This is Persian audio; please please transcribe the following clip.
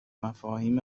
مفاهیم